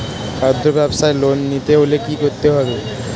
খুদ্রব্যাবসায় লোন নিতে হলে কি করতে হবে?